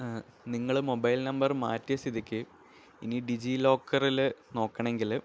നിങ്ങൾ mobile number മാറ്റിയ സ്ഥിതിക്ക് ഇനി ഡിജി ലോക്കറിൽ നോക്കണമെങ്കിൽ